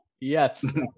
Yes